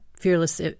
fearless